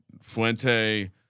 Fuente